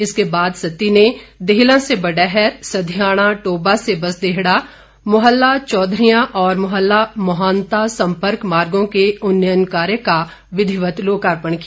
इसके बाद सत्ती ने देहलां से बडैहर सधियाणा टोबा से बसदेहड़ा मुहल्ला चौधरियां और मुहल्ला मोहंता सम्पर्क मार्गों के उन्नयन कार्य का विधिवत लोकार्पण किया